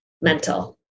mental